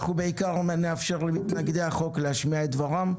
אנחנו בעיקרון נאפשר למתנגדי החוק להשמיע את דברם,